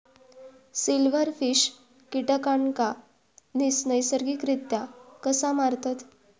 Silverfish कीटकांना नैसर्गिकरित्या कसा मारतत?